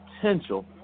potential